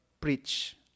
preach